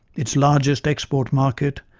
its largest export market,